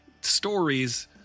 stories